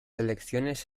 elecciones